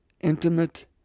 Intimate